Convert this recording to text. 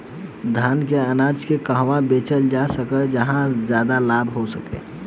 धान के अनाज के कहवा बेचल जा सकता जहाँ ज्यादा लाभ हो सके?